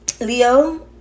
leo